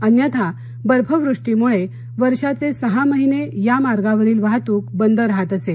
अन्यथा बर्फवृष्टीमुळे वर्षाचे सहा महिने या मार्गावरील वाहतूक बंद राहत असे